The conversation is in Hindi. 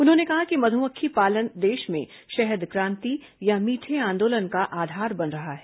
उन्होंने कहा कि मधुमक्खी पालन देश में शहद क्रांति या मीठे आंदोलन का आधार बन रहा है